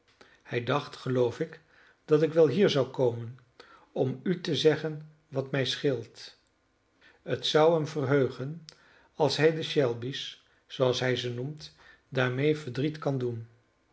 hij dacht geloof ik dat ik wel hier zou komen om u te zeggen wat mij scheelt het zou hem verheugen als hij de shelby's zooals hij ze noemt daarmede verdriet kan doen